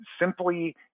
simply